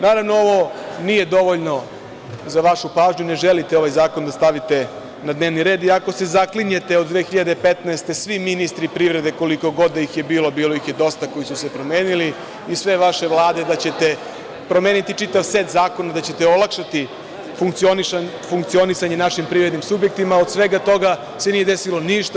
Naravno, ovo nije dovoljno za vašu pažnju, ne želite da ovaj zakon stavite na dnevni red, iako se zaklinjete od 2015. godine, svi ministri privrede, koliko god da ih je bilo, a bilo ih je dosta koji su se promenili, i sve vaše vlade, da ćete promeniti čitav set zakona i da ćete olakšati funkcionisanje našim privrednim subjektima, od svega toga se nije desilo ništa.